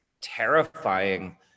terrifying